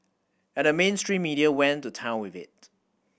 and the mainstream media went to town with it